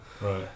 Right